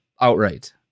outright